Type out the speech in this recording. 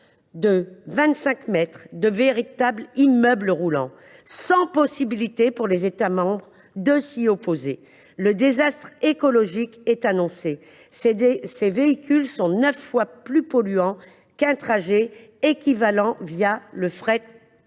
cinq mètres, soit de véritables immeubles roulants, sans possibilité pour les États membres de s’y opposer. Le désastre écologique est annoncé. Ces véhicules sont neuf fois plus polluants qu’un trajet équivalent le fret ferroviaire.